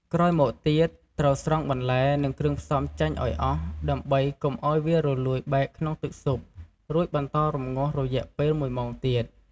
ក្រោយមកទៀត ត្រូវស្រង់បន្លែ និងគ្រឿងផ្សំចេញឱ្យអស់ដើម្បីកុំឱ្យវារលួយបែកក្នុងទឹកស៊ុប រួចបន្តរម្ងាស់រយៈពេលមួយម៉ោងទៀត។